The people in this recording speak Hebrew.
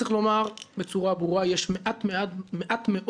צריך לומר בצורה ברורה שיש מעט מאוד נושאים